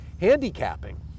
handicapping